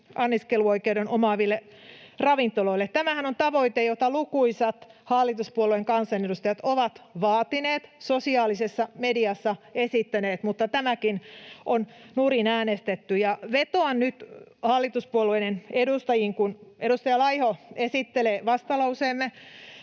anniskeluoikeuden omaaville ravintoloille. Tämähän on tavoite, jota lukuisat hallituspuolueiden kansanedustajat ovat vaatineet sosiaalisessa mediassa. Tätä on esitetty, mutta tämäkin on nurin äänestetty. Vetoan nyt hallituspuolueiden edustajiin. Kun edustaja Laiho esittelee vastalauseemme